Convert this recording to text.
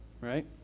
right